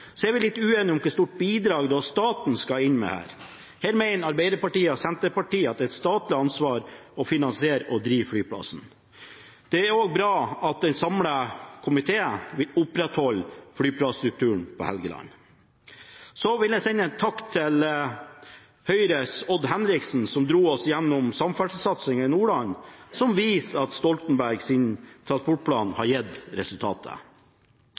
så da ser vi fram til fortgang. Vi er litt uenige om hvor stort bidrag staten skal inn med. Her mener Arbeiderpartiet og Senterpartiet at det er et statlig ansvar å finansiere og drive flyplassen. Det er også bra at en samlet komité vil opprettholde flyplasstrukturen på Helgeland. Så vil jeg sende en takk til Høyres Odd Henriksen, som dro oss gjennom samferdselssatsingen i Nordland, som viser at Stoltenbergs transportplan har gitt